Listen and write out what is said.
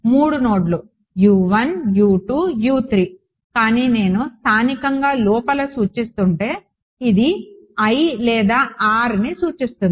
మూడు నోడ్లు కానీ నేను స్థానికంగా లోపల సూచిస్తుంటే ఇది l లేదా rని సూచిస్తుంది